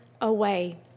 away